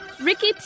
Ricky